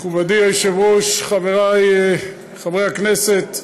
מכובדי היושב-ראש, חבריי חברי הכנסת,